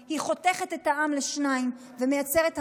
עם כל הכבוד, אז בבקשה לשמור על